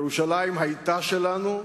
ירושלים היתה שלנו,